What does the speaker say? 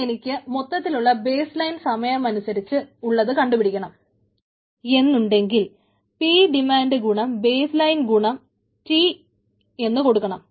ഇനി എനിക്ക് മൊത്തത്തിലുള്ള ബേസ് ലൈൻ സമയത്തിനനുസരിച്ച് ഉള്ളത് കണ്ടുപിടിക്കണം എന്നുണ്ടെങ്കിൽ പി ഡിമാൻഡ് ഗുണം ബേസ് ലൈൻ ഗുണം T എന്ന് കൊടുക്കണം